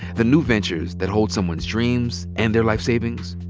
the new ventures that hold someone's dreams and their life savings.